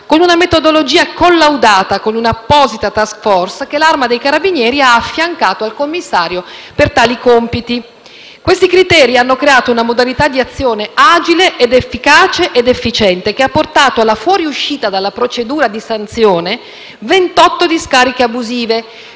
con una metodologia collaudata con un'apposita *task force* che l'Arma dei carabinieri ha affiancato al commissario per tali compiti. Questi criteri hanno creato una modalità di azione agile, efficace ed efficiente che ha portato alla fuoriuscita dalla procedura di sanzione di 28 discariche abusive,